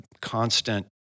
constant